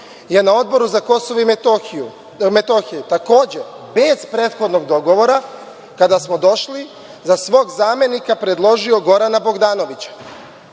na Odboru za Kosovo i Metohiju je, takođe bez prethodnog dogovora, kada smo došli, za svog zamenika predložio Gorana Bogdanovića.